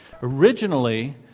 Originally